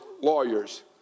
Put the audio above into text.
lawyers